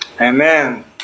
amen